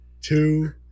two